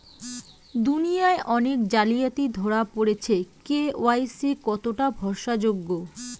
দুনিয়ায় অনেক জালিয়াতি ধরা পরেছে কে.ওয়াই.সি কতোটা ভরসা যোগ্য?